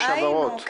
ראינו.